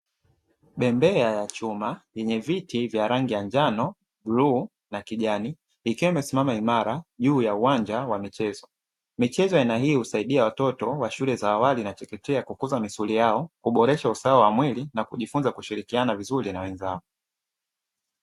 Bembea ya chuma yenye viti vya rangi ya: njano, bluu na kijani; ikiwa imesimama imara juu ya uwanja wa michezo. Michezo ya aina hiyo husaidia watoto wa shule za awali wa chekechea kukuza misuli yao, kuboresha usawa wa mwili na kujifunza kushirikiana vizuri na wenzao.